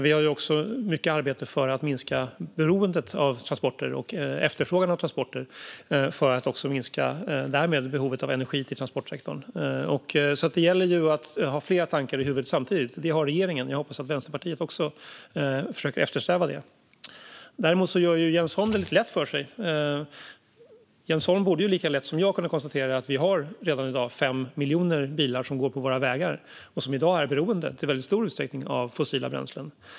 Vi har också mycket arbete för att minska beroendet av transporter och efterfrågan på transporter för att därmed också minska behovet av energi till transportsektorn. Det gäller alltså att ha flera tankar i huvudet samtidigt. Det har regeringen. Jag hoppas att Vänsterpartiet också försöker eftersträva det. Jens Holm gör det lite lätt för sig. Han borde lika lätt som jag kunna konstatera att vi redan i dag har 5 miljoner bilar på våra vägar som till väldigt stor del är beroende av fossila bränslen.